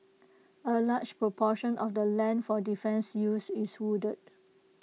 A large proportion of the land for defence use is wooded